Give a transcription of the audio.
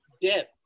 dip